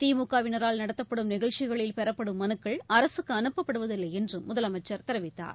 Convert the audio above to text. திமுகவினரால் நடத்தப்படும் நிகழ்ச்சிகளில் பெறப்படும் மனுக்கள் அரசுக்கு அனுப்பப்படுவதில்லை என்றும் முதலமைச்சர் தெரிவித்தார்